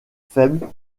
faible